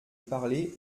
parler